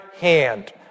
hand